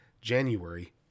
January